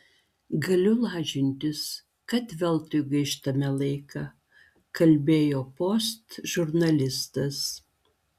galiu lažintis kad veltui gaištame laiką kalbėjo post žurnalistas